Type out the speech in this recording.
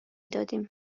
دادیم